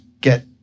get